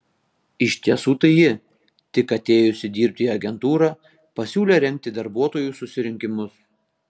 iš tiesų tai ji tik atėjusi dirbti į agentūrą pasiūlė rengti darbuotojų susirinkimus